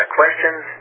questions